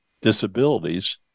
disabilities